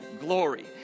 glory